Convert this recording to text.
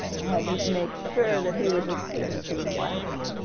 i had to make sure that he was experiencing the oneness,